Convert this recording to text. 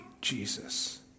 Jesus